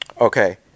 Okay